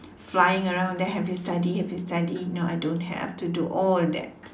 flying around them have you study have you study no I don't have to do all that